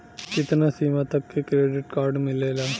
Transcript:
कितना सीमा तक के क्रेडिट कार्ड मिलेला?